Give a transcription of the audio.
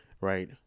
right